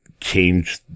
change